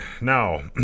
now